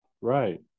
right